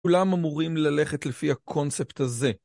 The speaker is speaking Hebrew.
‫כולם אמורים ללכת לפי הקונספט הזה.